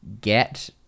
get